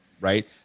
Right